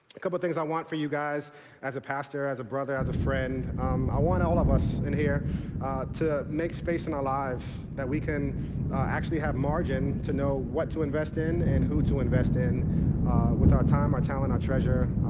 a couple things i want for you guys as a pastor, as a brother, as a friend i want all of us in here to make space in our lives that we can actually have margin to know what to invest in and who to invest in with our time, out talent, our treasure,